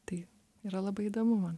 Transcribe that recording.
tai yra labai įdomu man